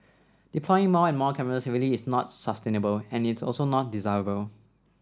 deploying more and more cameras really is not sustainable and it is also not desirable